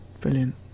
Brilliant